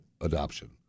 adoption